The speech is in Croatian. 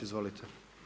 Izvolite.